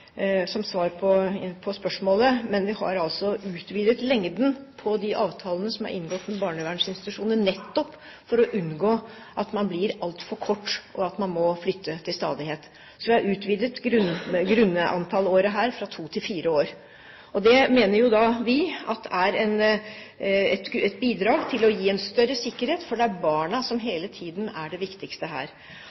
som svar på spørsmålet. Vi har altså utvidet lengden på avtalene som er inngått med barnevernsinstitusjonene, nettopp for å unngå at barna blir altfor kort og må flytte til stadighet. Vi har utvidet grunnantallet år fra to til fire. Det mener vi bidrar til å gi større sikkerhet, for det er barna som hele tiden er det viktigste her.